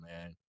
man